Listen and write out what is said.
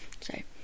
Say